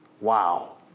wow